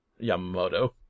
Yamamoto